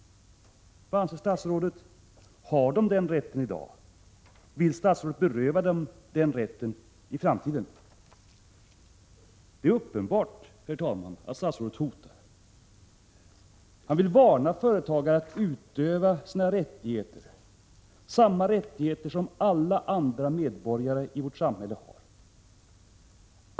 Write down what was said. Vad anser statsrådet: Har de den rätten i dag? Vill statsrådet beröva dem den rätten i framtiden? Det är uppenbart, herr talman, att statsrådet hotar. Han vill varna företagare för att utöva sina rättigheter, de rättigheter som alla andra medborgare i vårt samhälle har.